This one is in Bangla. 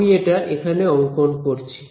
আমি এটা এখানে অংকন করছি